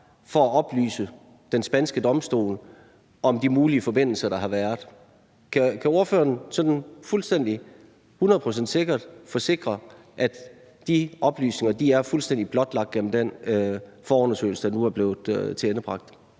for at oplyse den spanske domstol om de mulige forbindelser, der har været. Kan ordføreren sådan hundrede procent sikkert forsikre, at de oplysninger er fuldstændig blotlagt gennem den forundersøgelse, der nu er blevet tilendebragt?